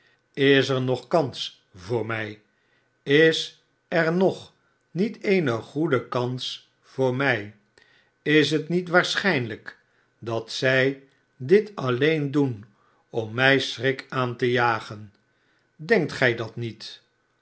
is er nog kans voor mij is er nog niet eene goede kans voor mij is het met waarscmjnlijk dat zij dit alleen doen om mij sehrik aan te jagenf denkt gij dat niet